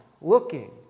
looking